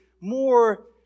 more